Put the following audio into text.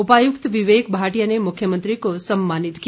उपायुक्त विवेक भाटिया ने मुख्यमंत्री को सम्मानित किया